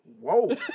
Whoa